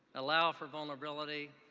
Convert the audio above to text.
allow for vulnerability,